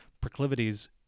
proclivities